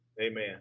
Amen